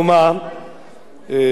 בשונה מהחוק שאני מציע,